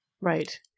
Right